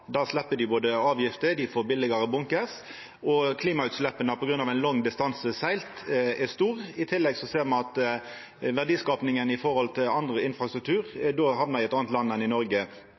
Der slepp dei avgifter og dei får billegare bunkers, og klimautsleppa på grunn av ein lang segledistanse er stor. I tillegg ser me at verdiskapinga når det gjeld annan infrastruktur då hamnar i eit anna land enn i Noreg.